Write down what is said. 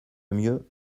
mieux